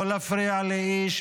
לא להפריע לאיש,